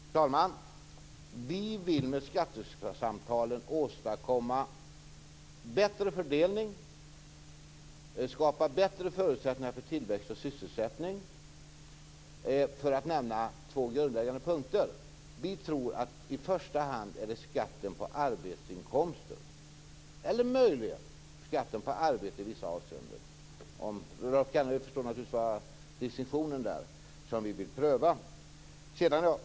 Fru talman! Vi vill med skattesamtalen åstadkomma bättre fördelning och skapa bättre förutsättningar för tillväxt och sysselsättning - för att nämna två grundläggande punkter. I första hand gäller det skatten på arbetsinkomster eller möjligen skatten på arbete i vissa avseenden - Rolf Kenneryd förstår säkert distinktionen där.